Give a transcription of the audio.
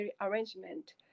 arrangement